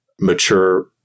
mature